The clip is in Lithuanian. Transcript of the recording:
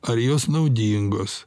ar jos naudingos